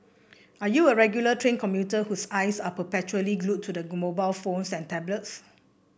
are you a regular train commuter whose eyes are perpetually glued to mobile phones and tablets